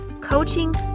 Coaching